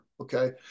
okay